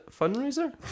fundraiser